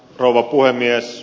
rouva puhemies